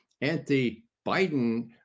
anti-Biden